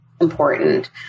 important